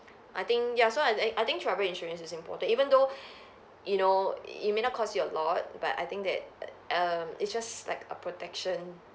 I think ya so I I think travel insurance is important even though you know it may not cost you a lot but I think that um it's just like a protection